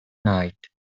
night